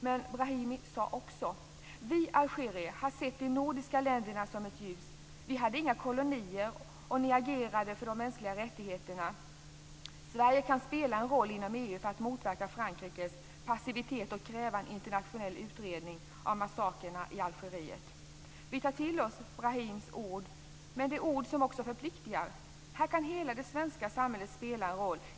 Men Brahimi sade också: "Vi algerier har alltid sett de nordiska länderna som ett ljus. De hade inga kolonier och agerar för de mänskliga rättigheterna. Sverige kan spela en roll inom EU genom att motverka Frankrikes passivitet och kräva en internationell utredning av massakrerna i Algeriet." Vi tar till oss Brahimis ord, men det är ord som också förpliktigar. Här kan hela det svenska samhället spela en roll.